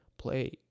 Play